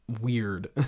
weird